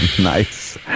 Nice